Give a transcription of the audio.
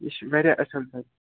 یہِ چھِ واریاہ اَصٕل حظ